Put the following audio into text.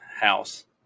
House